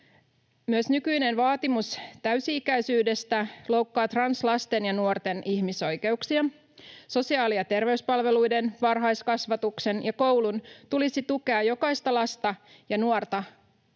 Myös nykyinen vaatimus täysi-ikäisyydestä loukkaa translasten ja -nuorten ihmisoikeuksia. Sosiaali- ja terveyspalveluiden, varhaiskasvatuksen ja koulun tulisi tukea jokaista lasta ja nuorta kokemassaan